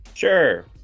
sure